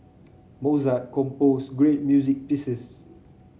Mozart composed great music pieces